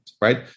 right